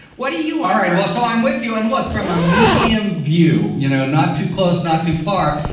what are you all right? well, so i'm with you. and look, from a medium view, you know, not too close, not too far.